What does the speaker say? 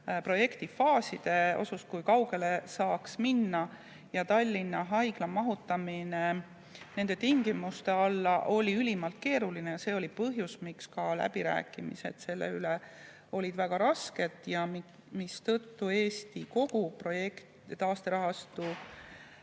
projektifaaside osas, kui kaugele saaks minna. Tallinna Haigla mahutamine nende tingimuste alla oli ülimalt keeruline. See oli ka põhjus, miks läbirääkimised selle üle olid väga rasked ja miks Eesti kogu taasterahastu